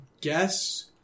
guess